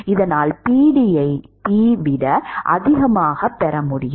இதனால் Pd ஐ P விட அதிகமாக பெற முடியும்